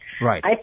Right